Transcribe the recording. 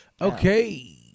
okay